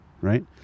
right